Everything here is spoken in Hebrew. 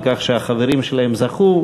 על כך שהחברים שלהם זכו.